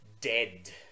dead